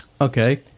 Okay